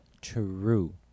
true